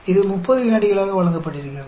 இது 30 விநாடிகளாக வழங்கப்பட்டிருக்கிறது